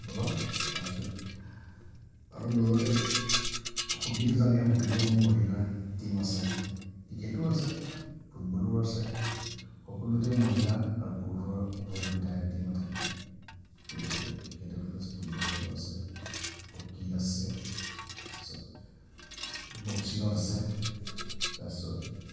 ফুটবলৰ তাৰপিছত আৰু লগতে হকীটো জানেই হকীটো আমাৰ মহিলা টিম আছে ক্ৰিকেটো আছে ফুটবলৰো আছে সকলোতে মহিলা আৰু পুৰুষৰ উভয় দুয়োটাৰে টিম থাকে ক্ৰিকেটটো আছে ফুটবলটো আছে হকীত আছে তাৰপিছত বক্সিঙত আছে তাৰপিছত